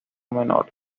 menor